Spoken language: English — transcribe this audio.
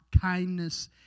kindness